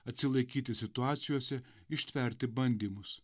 atsilaikyti situacijose ištverti bandymus